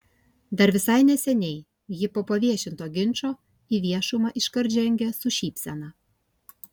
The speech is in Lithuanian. dar visai neseniai ji po paviešinto ginčo į viešumą iškart žengė su šypsena